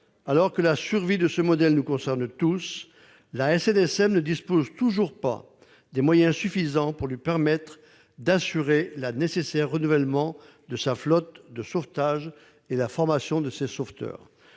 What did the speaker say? alors que la survie de ce modèle nous concerne tous, la SNSM ne dispose toujours pas des moyens suffisants pour lui permettre d'assurer le nécessaire renouvellement de sa flotte de sauvetage et la formation de ses sauveteurs.